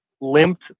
limped